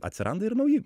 atsiranda ir nauji